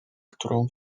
którą